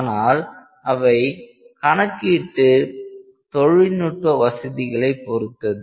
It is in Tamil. ஆனால் அவை கணக்கீட்டு தொழில்நுட்ப வசதிகளை பொறுத்தது